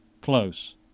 close